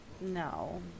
no